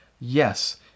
yes